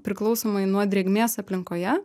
priklausomai nuo drėgmės aplinkoje